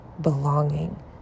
belonging